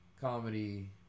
Comedy